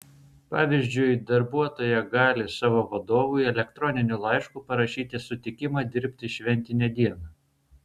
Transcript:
pavyzdžiui darbuotoja gali savo vadovui elektroniniu laišku parašyti sutikimą dirbti šventinę dieną